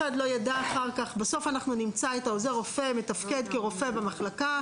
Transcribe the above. כי בסוף נמצא את עוזר הרופא מתפקד כרופא במחלקה.